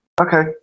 Okay